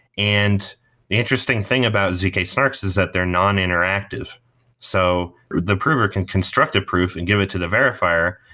and interesting thing about zk-snarks is that they're non interactive so the prover can construct a proof and give it to the verifier,